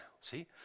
See